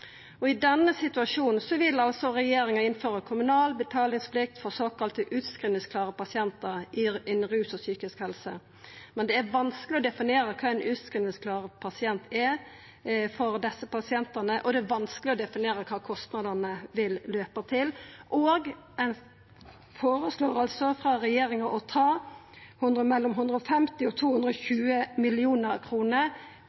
I denne situasjonen vil altså regjeringa innføra kommunal betalingsplikt for såkalla utskrivingsklare pasientar innan rus og psykisk helse. Men det er vanskeleg å definera kva ein utskrivingsklar pasient er når det gjeld desse pasientane, og det er vanskeleg å definera kva kostnadene vil verta. Ein føreslår altså frå regjeringa å ta mellom 150 mill. kr og